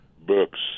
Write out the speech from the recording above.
books